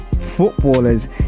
footballers